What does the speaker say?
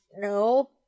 No